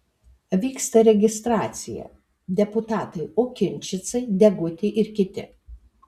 vyksta registracija deputatai okinčicai deguti ir kiti